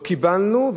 לא קיבלנו,